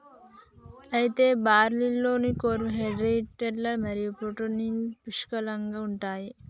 అయితే బార్లీలో కార్పోహైడ్రేట్లు మరియు ప్రోటీన్లు పుష్కలంగా ఉంటాయి